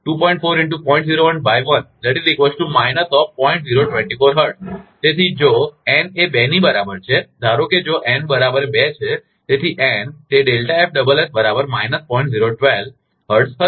તેથી જો n એ 2 ની બરાબર છે ધારો કે જો n બરાબર બે છે તેથી n તે hertzહર્ટ્ઝ હશે